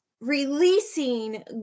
releasing